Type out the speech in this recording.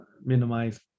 minimize